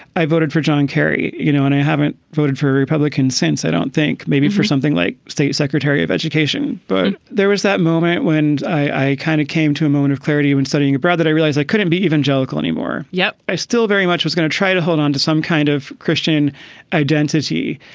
i voted for john kerry. you know, and i haven't voted for a republican since. i don't think maybe for something like state secretary of education. but there was that moment when i kind of came to a moment of clarity when studying abroad that i realized i couldn't be evangelical anymore. yet i still very much was going to try to hold onto some kind of christian identity.